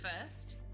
first